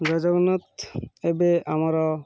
ଜୟ ଜଗନ୍ନାଥ ଏବେ ଆମର